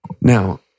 Now